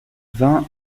vingt